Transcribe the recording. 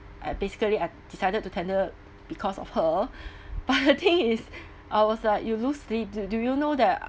uh basically I've decided to tender because of her but the thing is I was like you lose sleep d~ do you know that